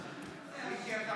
סיימת,